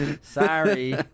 Sorry